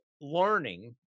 learning